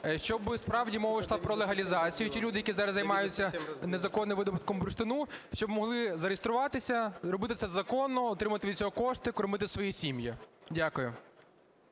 щоб, справді, мова йшла про легалізацію. Ті люди, які зараз займаються незаконним видобутком бурштину, щоб могли зареєструватись, робити це законно, отримувати від цього кошти, кормити свої сім'ї. Дякую.